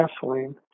gasoline